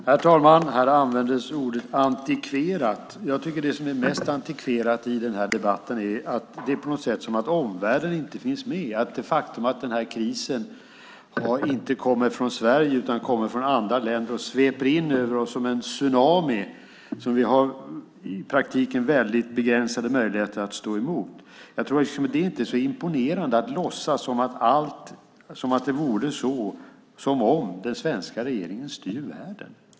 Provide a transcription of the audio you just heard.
Herr talman! Här används ordet "antikverat". Jag tycker att det som är mest antikverat i den här debatten är att det på något sätt är som att omvärlden inte finns med. Den här krisen har inte kommit från Sverige utan från andra länder och sveper in över oss som en tsunami som vi i praktiken har väldigt begränsade möjligheter att stå emot. Det är inte så imponerande att låtsas att det är som att den svenska regeringen styr världen.